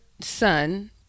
son